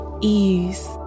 ease